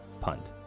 punt